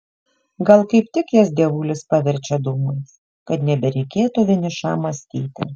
gal kaip tik jas dievulis paverčia dūmais kad nebereikėtų vienišam mąstyti